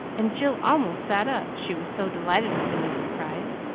and jill almost sat up, she was so delighted with the new surprise.